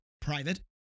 private